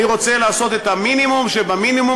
אני רוצה לעשות את המינימום שבמינימום